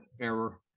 error